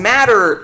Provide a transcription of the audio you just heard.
Matter